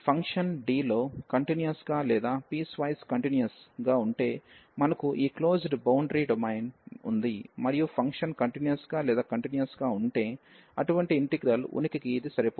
ఈ function D లో continuous గా లేదా పీస్ వైజ్ కంటిన్యూయస్ ఉంటే మనకు ఈ క్లోజ్డ్ బౌండరీ డొమైన్ ఉంది మరియు ఫంక్షన్ కంటిన్యూయస్ గా లేదా కంటిన్యూయస్ గా ఉంటే అటువంటి ఇంటిగ్రల్ ఉనికికి ఇది సరిపోతుంది